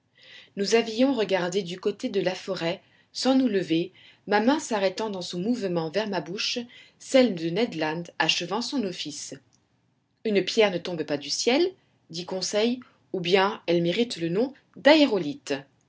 nous avions regardé du côté de la forêt sans nous lever ma main s'arrêtant dans son mouvement vers ma bouche celle de ned land achevant son office une pierre ne tombe pas du ciel dit conseil ou bien elle mérite le nom